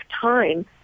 time